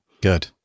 Good